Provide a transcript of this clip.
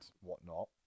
whatnot